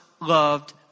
loved